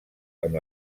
amb